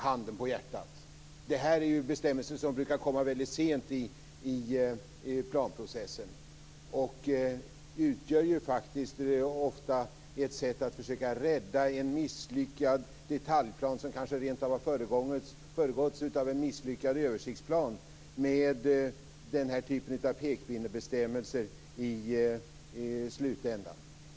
Handen på hjärtat: det här är bestämmelser som brukar komma väldigt sent i planprocessen, och de utgör ofta ett sätt att försöka rädda en misslyckad detaljplan, som kanske rent av har föregåtts av en misslyckad översiktsplan, med den här typen av pekpinnebestämmelser i slutändan.